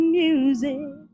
music